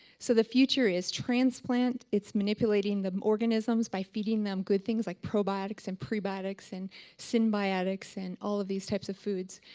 so the future is transplant, it's manipulating the organisms by feeding them good things like probiotics and prebiotics and symbiotics and all of these types of foods.